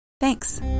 Thanks